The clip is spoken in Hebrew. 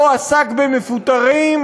לא עסק במפוטרים,